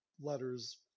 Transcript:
letters